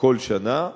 כל שנה.